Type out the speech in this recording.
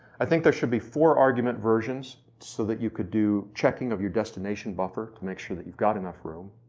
i think there should be four argument versions so that you can do checking of your destination buffer to make sure that you've got enough room,